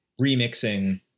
remixing